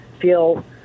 feel